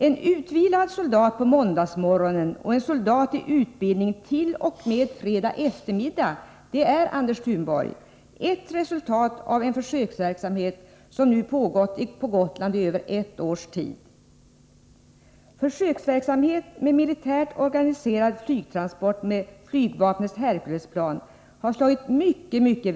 En utvilad soldat på måndagsmorgonen och en soldat i utbildning t.o.m. fredag eftermiddag är, Anders Thunborg, ett resultat av en försöksverksamhet som nu pågått på Gotland i över ett års tid. Försöksverksamhet med militärt organiserad flygtransport med flygvapnets Herculesplan har slagit mycket väl ut.